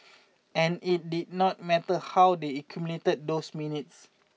and it did not matter how they accumulated those minutes